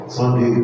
Sunday